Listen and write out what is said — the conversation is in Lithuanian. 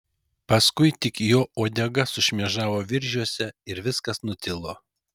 paskui tik jo uodega sušmėžavo viržiuose ir viskas nutilo